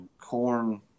corn